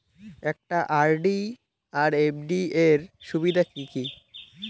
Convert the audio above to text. একটা আর.ডি আর এফ.ডি এর সুবিধা কি কি?